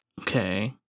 Okay